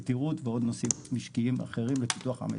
יתירות ועוד נושאים משקיים אחרים לפיתוח המשק.